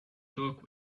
talk